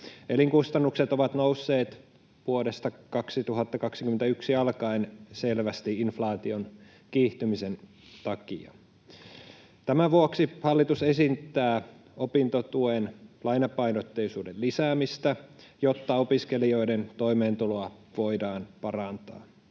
Elinkustannukset ovat nousseet vuodesta 2021 alkaen selvästi inflaation kiihtymisen takia. Tämän vuoksi hallitus esittää opintotuen lainapainotteisuuden lisäämistä, jotta opiskelijoiden toimeentuloa voidaan parantaa.